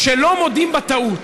שלא מודים בטעות.